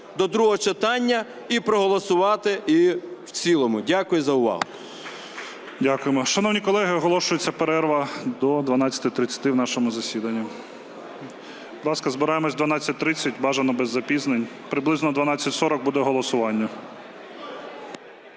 до другого читання і проголосувати і в цілому. Дякую за увагу. ГОЛОВУЮЧИЙ. Дякуємо. Шановні колеги, оголошується перерва до 12:30 в нашому засіданні. Будь ласка, збираємося о 12:30, бажано без запізнень, приблизно о 12:40 буде голосування.